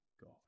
God